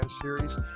series